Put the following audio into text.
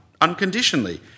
unconditionally